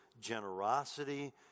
generosity